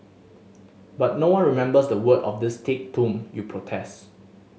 but no one remembers the words of this thick tome you protest